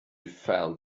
felt